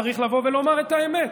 צריך לומר את האמת,